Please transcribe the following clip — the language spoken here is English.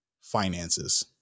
finances